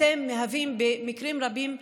אתם מהווים במקרים רבים דוגמה,